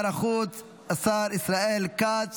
כי הצעת חוק לתיקון ולהארכת תוקפן של תקנות שעת חירום (חרבות